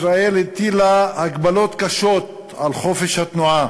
ישראל הטילה הגבלות קשות על חופש התנועה